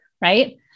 right